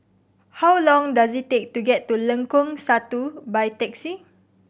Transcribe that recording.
how long does it take to get to Lengkong Satu by taxi